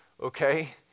Okay